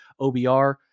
OBR